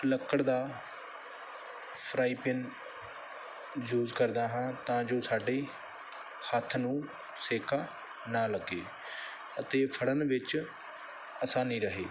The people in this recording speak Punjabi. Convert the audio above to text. ਲੱਕੜ ਦਾ ਫ੍ਰਾਈਪੈਨ ਯੂਜ਼ ਕਰਦਾ ਹਾਂ ਤਾਂ ਜੋ ਸਾਡੀ ਹੱਥ ਨੂੰ ਸੇਕਾ ਨਾ ਲੱਗੇ ਅਤੇ ਫੜਨ ਵਿੱਚ ਆਸਾਨੀ ਰਹੇ